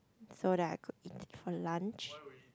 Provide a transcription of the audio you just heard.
so that I could eat it for lunch